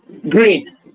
Green